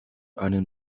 einen